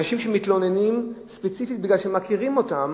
אנשים שמתלוננים ספציפית, בגלל שמכירים אותם,